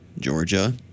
Georgia